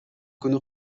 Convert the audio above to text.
күнү